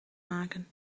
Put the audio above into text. maken